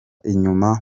inyuma